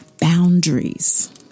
boundaries